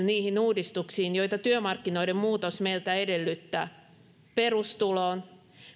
niihin uudistuksiin joita työmarkkinoiden muutos meiltä edellyttää perustuloon